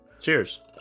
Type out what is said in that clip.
Cheers